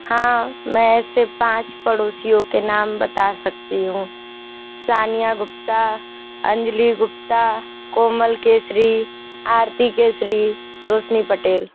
हाँ मैं ऐसे पाँच पड़ोसियों के नाम बता सकती हूँ सानिया गुप्ता अंजली गुप्ता कोमल केसरी आरती केसरी रौशनी पटेल